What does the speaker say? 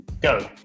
Go